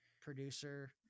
producer